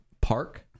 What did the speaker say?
park